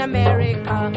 America